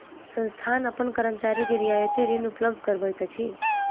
संस्थान अपन कर्मचारी के रियायती ऋण उपलब्ध करबैत अछि